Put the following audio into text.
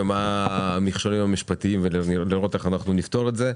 מה המכשולים המשפטיים ואיך לפתור את זה.